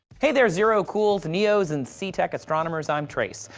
hey there zero cools, neos and seatec astronomers, i'm trace.